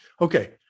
Okay